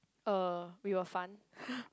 uh we were fun